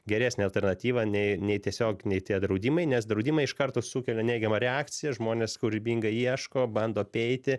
geresnė alternatyva nei nei tiesiog nei tie draudimai nes draudimai iš karto sukelia neigiamą reakciją žmonės kūrybingai ieško bando apeiti